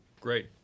great